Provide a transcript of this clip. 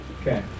Okay